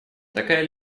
такая